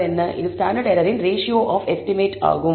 இது ஸ்டாண்டர்ட் எரரின் ratio of estimate ஆகும்